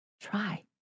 Try